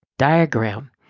diagram